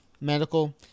medical